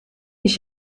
ich